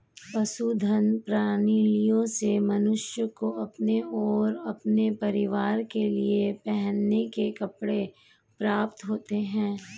पशुधन प्रणालियों से मनुष्य को अपने और अपने परिवार के लिए पहनने के कपड़े प्राप्त होते हैं